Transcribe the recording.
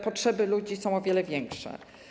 Potrzeby ludzi są o wiele większe.